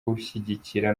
gushyigikira